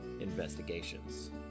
Investigations